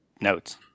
Notes